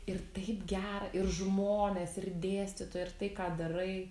ir taip gera ir žmonės ir dėstytojai ir tai ką darai